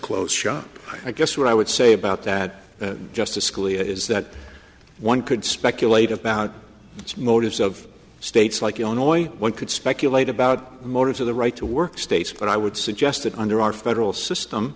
close shop i guess what i would say about that justice scalia is that one could speculate about its motives of states like illinois one could speculate about the motives of the right to work states but i would suggest that under our federal system